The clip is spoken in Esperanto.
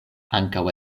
ankaŭ